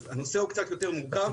הנושא קצת יותר מורכב,